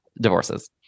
divorces